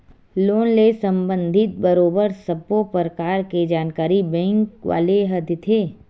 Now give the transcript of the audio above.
loan ले संबंधित बरोबर सब्बो परकार के जानकारी बेंक वाले ह देथे